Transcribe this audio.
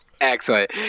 Excellent